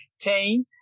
team